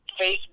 Facebook